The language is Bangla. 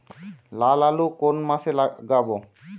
লাল আলু কোন মাসে লাগাব?